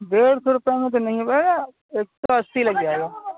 ڈیڑھ سو روپیے میں تو نہیں ہو پائے گا ایک سو اَسی لگ جائے گا